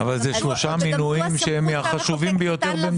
אבל זה שלושה מינויים שהם מהחשובים ביותר במדינת ישראל.